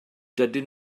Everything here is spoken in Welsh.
dydyn